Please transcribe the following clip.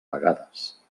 vegades